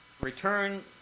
return